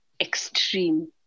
extreme